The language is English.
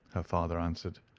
her father answered.